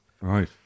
Right